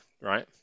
right